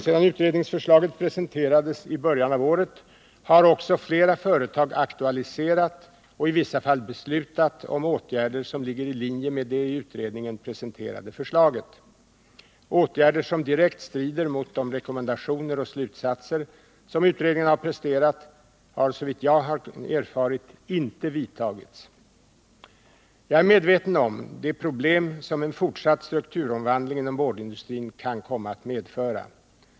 Sedan utredningsförslaget presenterades i början av året har också flera företag aktualiserat och i vissa fall beslutat om åtgärder som ligger i linje med det i utredningen presenterade förslaget. Åtgärder som direkt strider mot de rekommendationer och slutsatser som utredningen har presenterat har såvitt jag har erfarit inte vidtagits. Jag är medveten om de problem som en fortsatt strukturomvandling inom boardindustrin kan komma att medföra.